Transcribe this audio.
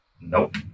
Nope